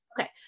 Okay